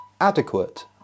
adequate